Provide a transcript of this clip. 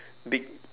big